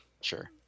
Sure